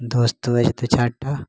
दोस्तो अछि दू चारि टा